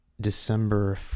December